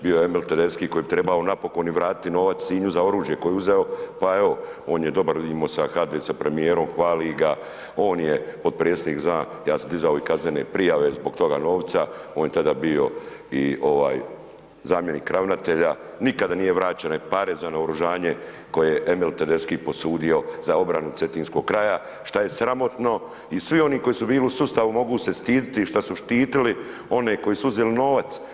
Bio je Emil Tedeschi koji bi trebao napokon i vratiti novac .../nerazumljivo/... za oružje koje je uzeo, pa evo, on je dobar imao sa HDZ-om, premijerom, hvali ga, on je, potpredsjednik zna, ja sam dizao i kaznene prijave zbog toga novca, on je tada bio i zamjenik ravnatelja, nikada nije vraćene pare za naoružanje koje je Emil Tedeschi posudio za obranu cetinskog kraja, što je sramotno i svi oni koji su bili u sustavu mogu se stidjeti što su štitili one koji su uzeli novac.